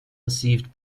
received